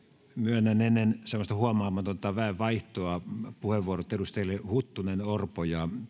myönnän ennen semmoista huomaamatonta väenvaihtoa puheenvuorot edustajille huttunen ja orpo ja